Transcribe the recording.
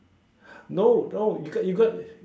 no no you got you got